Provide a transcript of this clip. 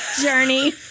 Journey